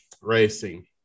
racing